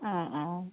অঁ অঁ